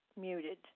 muted